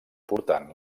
portant